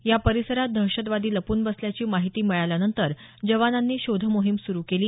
या परिसरात दहशतवादी लपून बसल्याची माहिती मिळाल्यानंतर जवानांनी शोधमोहीम सुरु केली